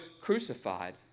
crucified